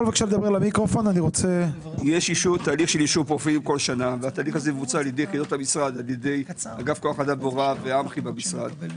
כל שנה על ידי אגף כוח אדם והוראה במשרד.